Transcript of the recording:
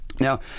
Now